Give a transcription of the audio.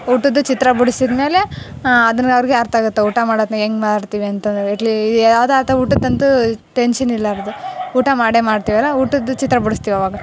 ಊಟದ್ದು ಚಿತ್ರ ಬಿಡ್ಸಿದ್ಮೇಲೆ ಅದನ್ನ ಅವ್ರಿಗೆ ಅರ್ಥ ಆಗುತ್ತೆ ಊಟ ಮಾಡೋದನ್ನ ಹೆಂಗೆ ಮಾಡ್ತೀವಿ ಅಂತ ಎಟ್ಲೀ ಯಾವ್ದಾತ ಊಟದ್ದಂತೂ ಟೆನ್ಶನ್ ಇರ್ಲಾರ್ದೆ ಊಟ ಮಾಡೇ ಮಾಡ್ತೀವಲ್ಲ ಊಟದ್ದು ಚಿತ್ರ ಬಿಡಿಸ್ತೀವಿ ಅವಾಗ